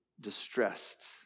distressed